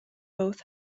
both